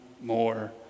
more